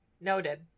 Noted